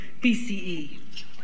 BCE